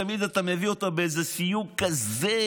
אתה תמיד מביא אותה באיזה סיום כזה,